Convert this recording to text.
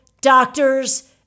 doctors